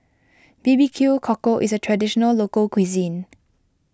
B B Q Cockle is a Traditional Local Cuisine